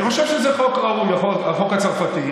אני חושב שזה חוק ראוי, החוק הצרפתי.